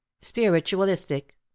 spiritualistic